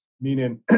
meaning